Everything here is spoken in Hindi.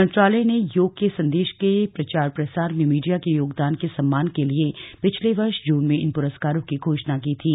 मंत्रालय ने योग के संदेश के प्रचार प्रसार में मीडिया के योगदान के सम्मान के लिए पिछले वर्ष जून में इन पुरस्कारों की घोषणा की थी